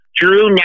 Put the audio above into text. drew